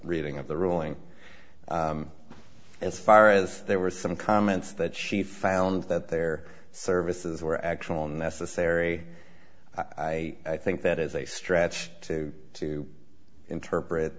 reading of the ruling as far as there were some comments that she found that their services were actual necessary i think that is a stretch to to interpret